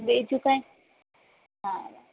બીજું કાંય હા